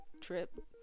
trip